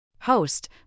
Host